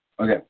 Okay